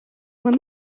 him